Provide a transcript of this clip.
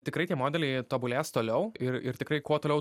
tikrai tie modeliai tobulės toliau ir ir tikrai kuo toliau